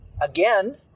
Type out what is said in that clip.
again